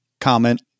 comment